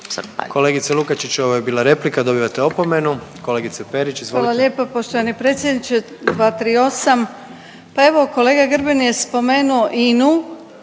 Kolegice Lukačić, ovo je bila replika. Dobivate opomenu. Kolegice Perić, izvolite. **Perić, Grozdana (HDZ)** Hvala lijepa poštovani predsjedniče. 238. Pa evo kolega Grbin je spomenuo INA-u,